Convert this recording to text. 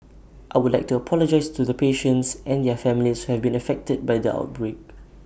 I would like to apologise to the patients and their families who have been affected by the outbreak